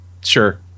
sure